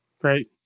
Great